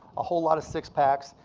a whole lotta six-packs,